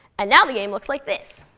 and now, the game looks like this.